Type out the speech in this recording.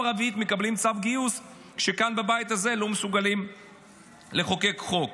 הרביעית כשכאן בבית הזה לא מסוגלים לחוקק חוק.